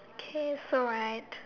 okay so right